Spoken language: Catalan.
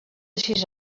sis